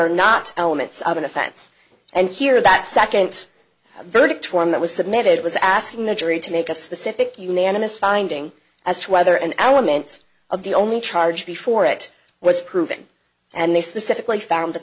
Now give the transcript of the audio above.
are not elements of an offense and here that second a verdict form that was submitted was asking the jury to make a specific unanimous finding as to whether an elements of the only charge before it was proven and they specifically found